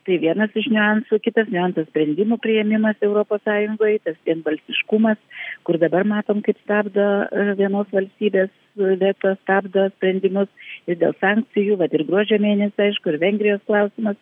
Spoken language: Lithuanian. tai vienas iš niuansų kitas niuansas sprendimų priėmimas europos sąjungoje tas vienbalsiškumas kur dabar matom kaip stabdo vienos valstybės veto stabdo sprendimas ir dėl sankcijų vat ir gruodžio mėnesį aišku ir vengrijos klausimas